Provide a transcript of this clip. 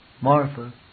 Martha